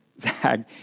zag